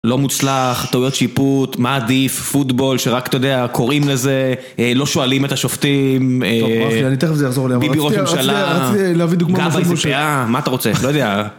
לא מוצלח, טעויות שיפוט, מה עדיף, פוטבול, שרק, אתה יודע, קוראים לזה, לא שואלים את השופטים, טוב, רפי, אני תכף זה יחזור לי, ביבי ראש ממשלה, אבל, רציתי להביא דוגמא, גבי, זה פיעה, מה אתה רוצה, איך, לא יודע.